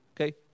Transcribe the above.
okay